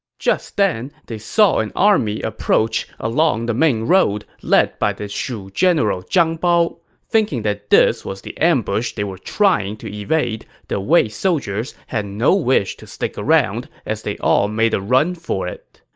just then, they saw an army approach along the main road, led by the shu general zhang bao. thinking that this was the ambush they were trying to evade, the wei soldiers had no wish to stick around, as they all made a run for it.